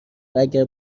واگر